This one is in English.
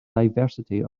diversity